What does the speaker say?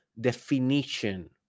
definition